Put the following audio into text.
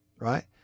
right